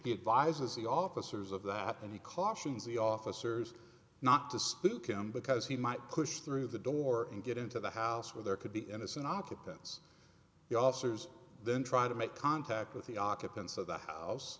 the advisors the officers of that and he cautions the officers not to spook him because he might push through the door and get into the house where there could be innocent occupants the officers then try to make contact with the occupants of the house